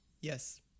Yes